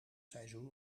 seizoen